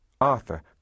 arthur